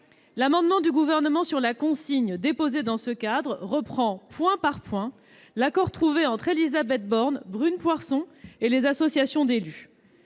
L'amendement du Gouvernement sur la consigne reprend point par point l'accord trouvé entre Élisabeth Borne, Brune Poirson et les associations d'élus.